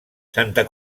santa